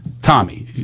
Tommy